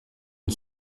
une